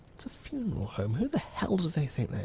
it's a funeral home! who the hell do they think they